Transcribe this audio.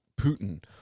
Putin